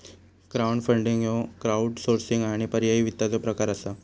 crowdfunding ह्यो crowdsourcing आणि पर्यायी वित्ताचो प्रकार असा